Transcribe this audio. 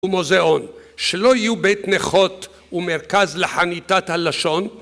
ומוזיאון שלא יהיו בית נכות ומרכז לחניתת הלשון